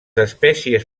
espècies